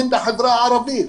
הם מהחברה הערבית,